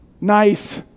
nice